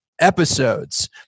episodes